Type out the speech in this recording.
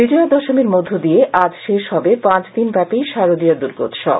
বিজয়া দশমীর মধ্য দিয়ে আজ শেষ হবে পাঁচ দিন ব্যাপি শারদীয়া দূর্গোৎসব